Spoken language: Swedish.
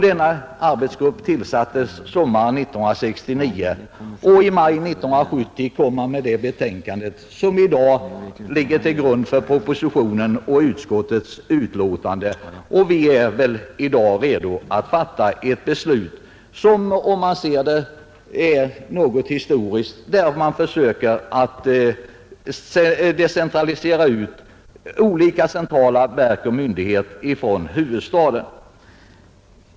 Denna arbetsgrupp tillsattes sommaren 1969, och i maj 1970 kom man med det betänkande som i dag ligger till grund för propositionen och utskottets betänkande, och vi är väl i dag redo att fatta ett beslut, som framstår som i viss mån historiskt och som innebär att man försöker lokalisera ut olika centrala verk och myndigheter från huvudstaden.